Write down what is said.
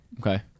okay